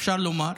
אפשר לומר.